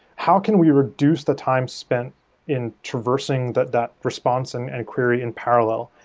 how can we reduce the time spent in traversing that that response and and query in parallel?